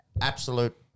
absolute